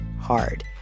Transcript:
hard